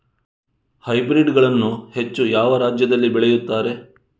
Hybrid ಗಳನ್ನು ಹೆಚ್ಚು ಯಾವ ರಾಜ್ಯದಲ್ಲಿ ಬೆಳೆಯುತ್ತಾರೆ?